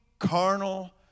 carnal